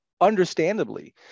understandably